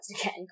again